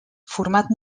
format